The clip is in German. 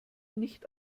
nicht